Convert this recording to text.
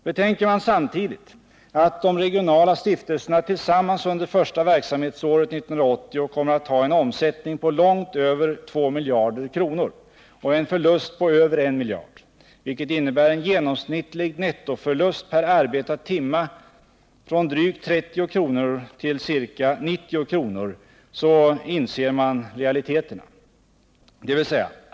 Betänker man samtidigt att de regionala stiftelserna tillsammans under det första verksamhetsåret 1980 kommer att ha en omsättning på långt över 2 miljarder kronor och en förlust på över 1 miljard, vilket innebär en genomsnittlig nettoförlust per arbetad timme från drygt 30 kr. till ca 90 kr., så inser man realiteterna.